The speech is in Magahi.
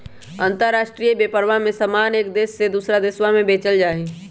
अंतराष्ट्रीय व्यापरवा में समान एक देश से दूसरा देशवा में बेचल जाहई